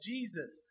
Jesus